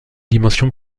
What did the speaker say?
dimension